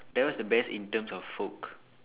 that was best in terms of folk